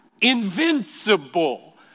invincible